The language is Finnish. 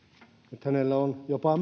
nyt hänellä on jopa